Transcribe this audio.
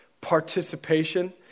participation